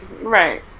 Right